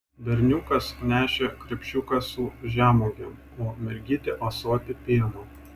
berniukas nešė krepšiuką su žemuogėm o mergytė ąsotį pieno